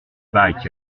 barricade